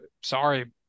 sorry